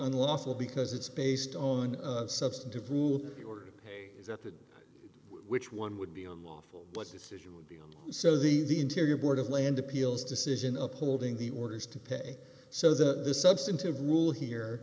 unlawful because it's based on a substantive rule or is that to which one would be unlawful but decision so the the interior board of land appeals decision upholding the orders to pay so the substantive rule here